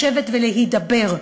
לשבת ולהידבר,